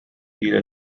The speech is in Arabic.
إلى